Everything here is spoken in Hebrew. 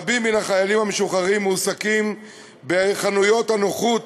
רבים מהחיילים המשוחררים מועסקים בחנויות הנוחות,